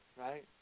right